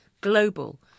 global